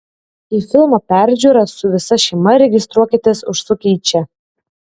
į filmo peržiūrą su visa šeima registruokitės užsukę į čia